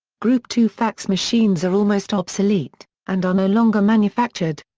group two fax machines are almost obsolete, and are no longer manufactured.